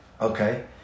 Okay